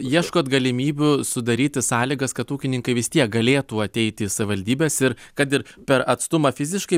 ieškot galimybių sudaryti sąlygas kad ūkininkai vis tiek galėtų ateiti savivaldybes ir kad ir per atstumą fiziškai